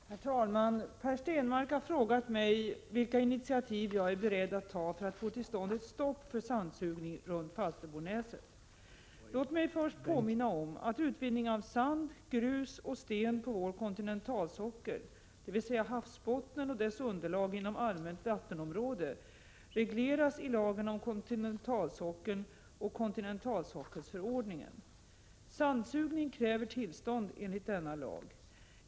Herr talman! Per Stenmarck har frågat mig vilka initiativ jag är beredd att ta för att få till stånd ett stopp för sandsugning runt Falsterbonäset. Låt mig först påminna om att utvinning av sand, grus och sten på vår kontinentalsockel, dvs. havsbottnen och dess underlag inom allmänt vattenområde, regleras i lagen om kontinentalsockeln och kontinentalsockelsförordningen . Sandsugning kräver tillstånd enligt denna lag.